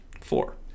Four